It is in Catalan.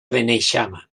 beneixama